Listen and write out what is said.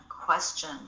question